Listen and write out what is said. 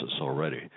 already